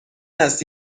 است